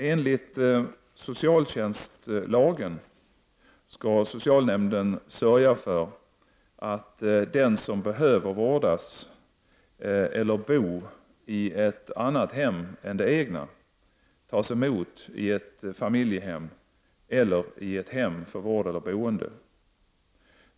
Enligt socialtjänstlagen skall socialnämnden sörja för att den som behöver vårdas eller bo i ett annat hem än det egna tas emot i ett familjehem eller i ett hem för vård eller boende.